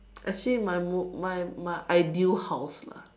actually my most my my ideal house lah